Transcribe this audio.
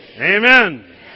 Amen